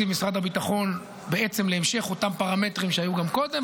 משרד הביטחון להמשך אותם פרמטרים שהיו גם קודם,